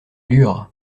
lurent